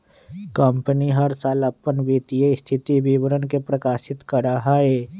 company हर साल अपन वित्तीय स्थिति विवरण के प्रकाशित करा हई